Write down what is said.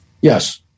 yes